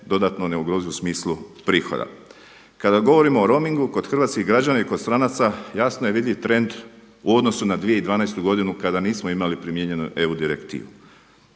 dodatno ne ugrozi u smislu prihoda. Kada govorimo o roomingu kod hrvatskih građana i kod stranaca jasno je vidljiv trend u odnosu na 2012. godinu kada nismo imali primijenjenu EU direktivu.